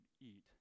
eat